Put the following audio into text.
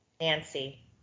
Nancy